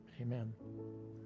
amen